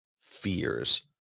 fears